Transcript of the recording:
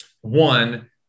one